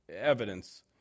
evidence